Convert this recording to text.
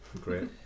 Great